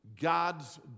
God's